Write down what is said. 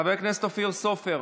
חבר הכנסת אופיר סופר,